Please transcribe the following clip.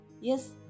Yes